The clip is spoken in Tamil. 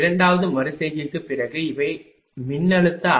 இரண்டாவது மறு செய்கைக்குப் பிறகு இவை மின்னழுத்த அளவு V20